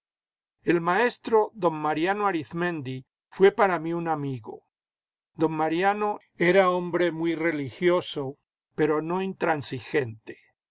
el maestro don mariano arizmendi fué para mí un amigo don mariano era hombre muy religioso pero no intransigente